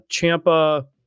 Champa